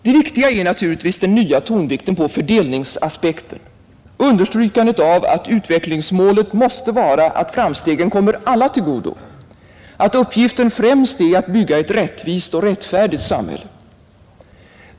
Det viktiga är naturligtvis den nya tonvikten på fördelningsaspekten, understrykandet av att utvecklingsmålet måste vara att framstegen kommer alla till godo, att uppgiften främst är att bygga ett rättvist och rättfärdigt samhälle.